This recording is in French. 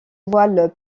voiles